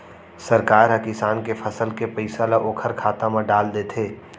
सरकार ह किसान के फसल के पइसा ल ओखर खाता म डाल देथे